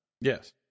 Yes